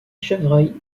chevreuils